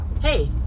hey